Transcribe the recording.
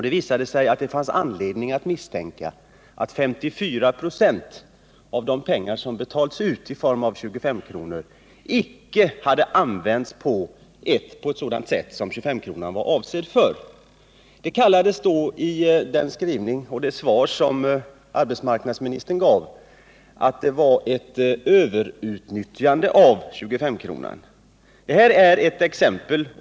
Det visade sig då att det fanns anledning att misstänka att 54 96 av de pengar som betalats ut i form av 25 kronor icke hade använts på ett sådant sätt som 25-kronan var avsedd för. Det hette i det svar som arbetsmarknadsministern gav, att det var ett överutnyttjande av 25-kronan. Det här är ett exempel.